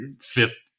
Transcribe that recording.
fifth